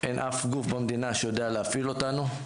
אין שום גוף במדינה שיודע להפעיל אותנו,